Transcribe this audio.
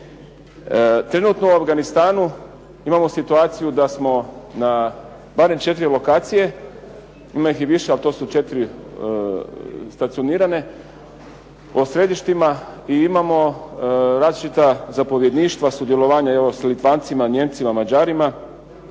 Trenutno u Afganistanu imamo situaciju da smo na barem 4 lokacije, ima ih i više, ali to su 4 stacionirane po središtima i imamo različita zapovjedništva, sudjelovanja evo s Litvancima, Nijemcima, Mađarima